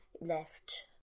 left